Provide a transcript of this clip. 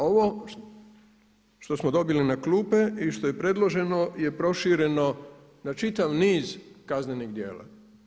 Ovo što smo dobili na klupe i što je predloženo je prošireno na čitav niz kaznenih djela.